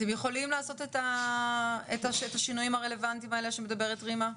אתם יכולים לעשות את השינויים הרלוונטיים האלה שמדברת רימה?